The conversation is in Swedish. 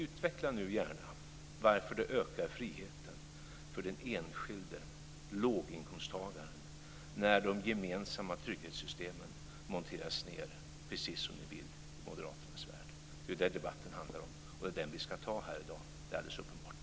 Utveckla nu gärna varför det ökar friheten för den enskilde låginkomsttagaren när de gemensamma trygghetssystemen monteras ned, precis som ni vill i moderaternas värld. Det är det debatten handlar om, och det är den vi ska ta här i dag. Det är alldeles uppenbart.